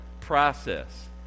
process